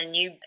new